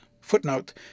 footnote